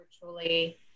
virtually